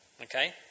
Okay